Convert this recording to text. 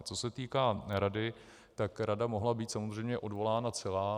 Co se týká rady, tak rada mohla být samozřejmě odvolána celá.